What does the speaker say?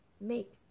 Make